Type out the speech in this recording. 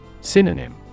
Synonym